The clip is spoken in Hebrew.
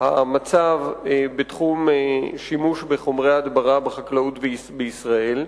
המצב בתחום שימוש בחומרי הדברה בחקלאות בישראל,